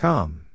Come